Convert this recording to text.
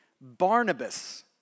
Barnabas